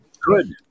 Good